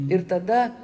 ir tada